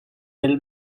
del